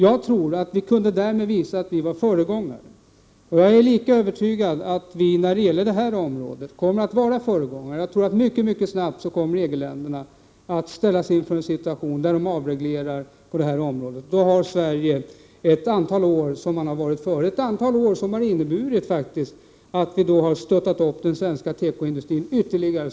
Jag tror att vi därmed skulle kunna visa att vi var föregångare. Jag är lika övertygad om att vi kommer att vara föregångare när det gäller det här området. Jag tror att EG-länderna mycket snart kommer att ställas inför en situation där de börjar avreglera på detta område. Då har Sverige varit före ett antal år, ett antal år då vi faktiskt har stöttat upp den svenska tekoindustrin ytterligare.